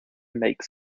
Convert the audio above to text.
make